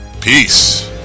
Peace